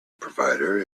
provider